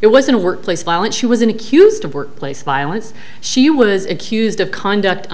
it wasn't workplace violence she was an accused of workplace violence she was accused of conduct